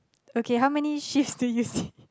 okay how many shifts do you need